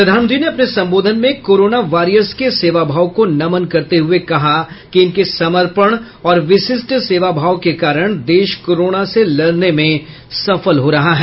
प्रधानमंत्री ने अपने संबोंधन में कोरोना वॉरियर्स के सेवाभाव को नमन करते हये कहा कि इनके समर्पण और विशिष्ट सेवा भाव के कारण देश कोरोना से लड़ने में सफल हो रहा है